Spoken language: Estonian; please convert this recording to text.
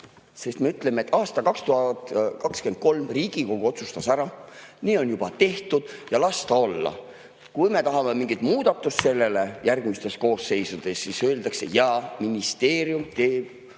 sest me ütleme, et aastal 2023 Riigikogu otsustas ära, nii on juba tehtud ja las ta olla. Kui me tahame mingit muudatust sellele järgmistes koosseisudes, siis öeldakse: jaa, ministeerium teeb